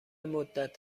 مدت